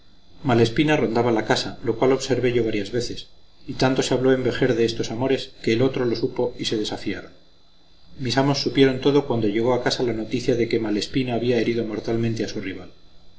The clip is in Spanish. alma malespina rondaba la casa lo cual observé yo varias veces y tanto se habló en vejer de estos amores que el otro lo supo y se desafiaron mis amos supieron todo cuando llegó a casa la noticia de que malespina había herido mortalmente a su rival